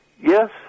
yes